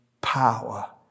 power